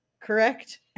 correct